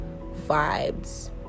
vibes